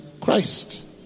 Christ